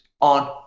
on